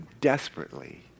desperately